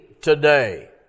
today